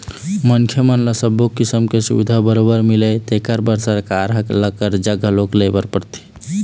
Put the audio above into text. मनखे मन ल सब्बो किसम के सुबिधा बरोबर मिलय तेखर बर सरकार ल करजा घलोक लेय बर परथे